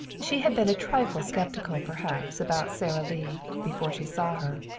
she had been a trifle skeptical perhaps about sara lee before she saw her.